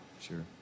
Sure